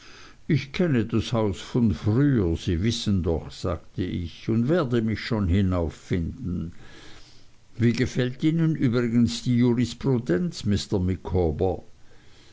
ich kenne das haus von früher sie wissen doch sagte ich und werde mich schon hinauffinden wie gefällt ihnen übrigens die